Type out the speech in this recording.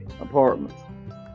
Apartments